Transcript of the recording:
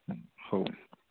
हो